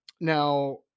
Now